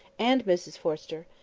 and mrs forrester.